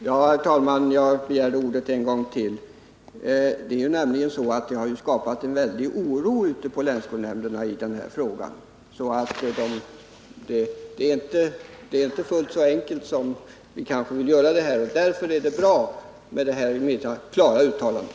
Herr talman! Det har skapats en väldig oro ute på länsskolnämnderna i den här frågan. Den är inte fullt så enkel som vi kanske vill göra den. Därför är det här klara uttalandet från statsrådet bra. Tack!